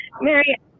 Mary